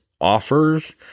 offers